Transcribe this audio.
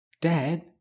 Dad